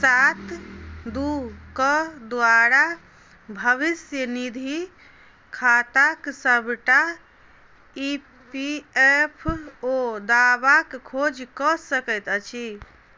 सात दू कऽ द्वारा भविष्य निधि खाताक सभटा ई पी एफ ओ दाबाक खोज कऽ सकैत अछि